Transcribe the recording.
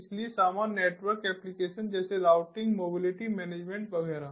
इसलिए सामान्य network application जैसे राउटिंग मोबिलिटी मैनेजमेंट वगैरह